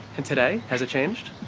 and today, has it changed?